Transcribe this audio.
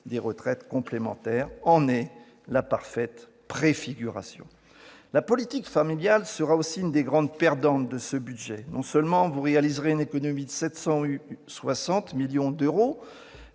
des retraites complémentaires en est la parfaite préfiguration. La politique familiale sera aussi une des grandes perdantes de ce budget. Non seulement vous réaliserez une économie de 760 millions d'euros,